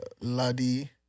Ladi